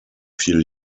viel